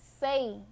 say